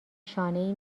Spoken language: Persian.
شانهای